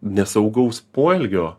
nesaugaus poelgio